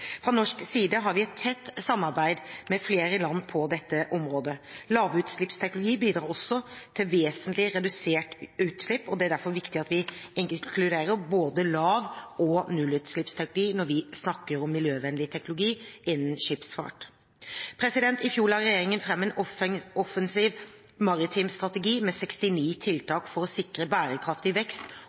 Fra norsk side har vi et tett samarbeid med flere land på dette området. Lavutslippsteknologi bidrar også vesentlig til reduserte utslipp, og det er derfor viktig at vi inkluderer både lav- og nullutslippsteknologi når vi snakker om miljøvennlig teknologi innen skipsfart. I fjor la regjeringen fram en offensiv maritim strategi med 69 tiltak for å sikre bærekraftig vekst